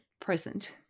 present